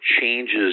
changes